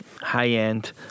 high-end